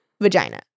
Vagina